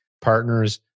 partners